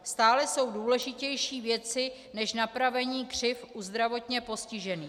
Stále jsou důležitější věci než napravení křivd u zdravotně postižených.